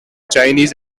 chinese